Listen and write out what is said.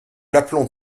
l’aplomb